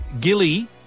Gilly